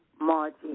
Margie